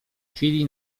chwili